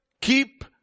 keep